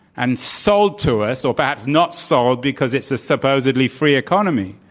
and sold to us or perhaps not sold because it's a supposedly free economy.